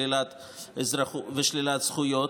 ושלילת זכויות,